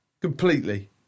Completely